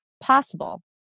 possible